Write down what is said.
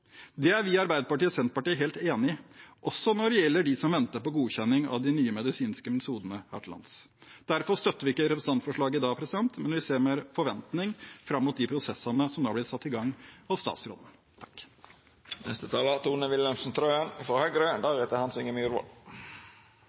Det er vi i Arbeiderpartiet og Senterpartiet helt enig i, også når det gjelder de som venter på godkjenning av de nye medisinske metodene her til lands. Derfor støtter vi ikke representantforslaget i dag, men vi ser med forventning fram mot de prosessene som har blitt satt i gang av statsråden.